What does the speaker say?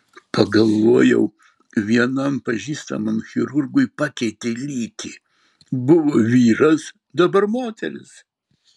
pagalvojau vienam pažįstamam chirurgai pakeitė lytį buvo vyras dabar moteris